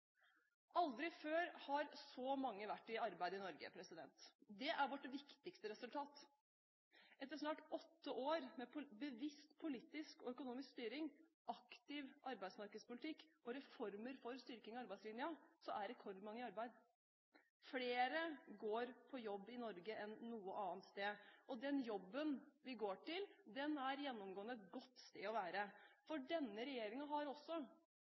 Aldri før har så mange vært i arbeid i Norge. Det er vårt viktigste resultat. Etter snart åtte år med bevisst politisk og økonomisk styring, aktiv arbeidsmarkedspolitikk og reformer for styrking av arbeidslinjen er rekordmange i arbeid. Flere går på jobb i Norge enn noe annet sted, og den jobben vi går til, er gjennomgående et godt sted å være, for denne regjeringen har også